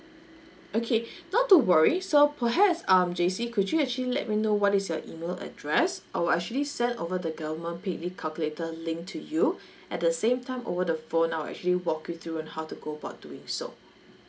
okay not to worry so perhaps um jacey could you actually let me know what is your email address I will actually send over the government paid leave calculator link to you at the same time over the phone I'll actually walk you through and how to go about doing so